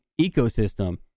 ecosystem